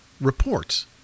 reports